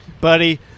buddy